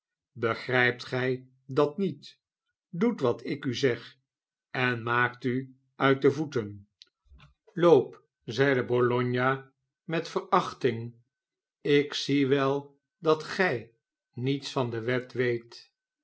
begrijpt gij dat niet doet wat ik u zeg en maakt u uit de voeten loop zeide bologna met verachting ik zie wel dat gij niets van de wet weet